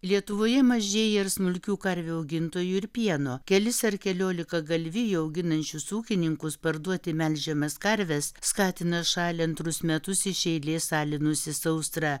lietuvoje mažėja ir smulkių karvių augintojų ir pieno kelis ar keliolika galvijų auginančius ūkininkus parduoti melžiamas karves skatina šalį antrus metus iš eilės alinusi sausra